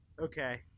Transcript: okay